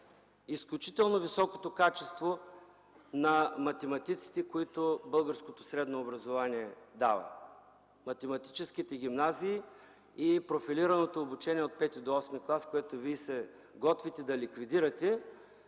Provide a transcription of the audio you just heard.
изключително високото качество на математиците, които българското средно образование дава. Математическите гимназии и профилираното обучение от V до VІІІ клас Вие се готвите да ликвидирате,